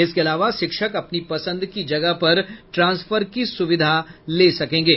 इसके अलावा शिक्षक अपनी पसंद के जगह पर ट्रांसफर की सुविधा ले सकेंगे